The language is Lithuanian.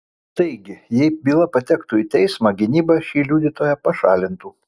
taigi jei byla patektų į teismą gynyba šį liudytoją pašalintų